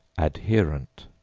adherent,